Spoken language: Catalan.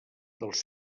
dels